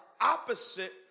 opposite